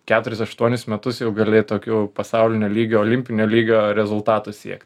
keturis aštuonis metus jau gali tokių pasaulinio lygio olimpinio lygio rezultatų siekt